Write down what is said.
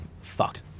fucked